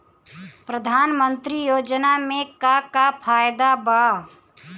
प्रधानमंत्री योजना मे का का फायदा बा?